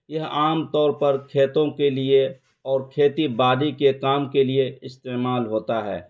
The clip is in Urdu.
یہ عام طور پر کھیتوں کے لیے اور کھیتی باڑی کے کام کے لیے استعمال ہوتا ہے